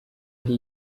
ari